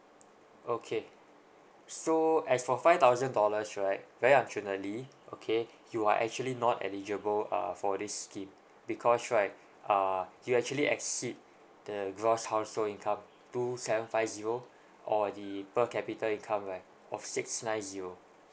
okay so as for five thousand dollars right very unfortunately okay you are actually not eligible uh for this scheme because right uh you actually exceed the gross household income two seven five zero or the per capita income right of six nine zero